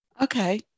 Okay